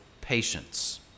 patience